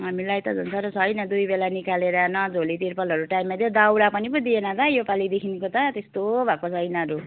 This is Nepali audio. हामीलाई त झन् साह्रो छैन दुई बेला निकालेर न झोली तिर्पलहरू टाइममा दियो दाउरा पनि पो दिएन त योपालीदेखिको त कस्तो भएको छ यिनीहरू